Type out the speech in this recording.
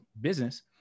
business